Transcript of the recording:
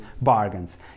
bargains